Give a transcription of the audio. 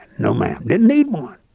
no ma'am didn't need one.